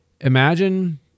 imagine